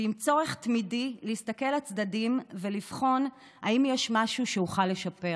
ועם צורך תמידי להסתכל לצדדים ולבחון אם יש משהו שאוכל לשפר.